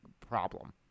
problem